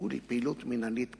ולפעילות מינהלית תקינה,